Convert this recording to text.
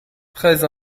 treize